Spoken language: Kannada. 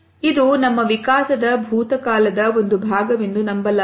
ಇದು ನಮ್ಮ ವಿಕಾಸದ ಭೂತಕಾಲದ ಒಂದು ಭಾಗವೆಂದು ನಂಬಲಾಗಿದೆ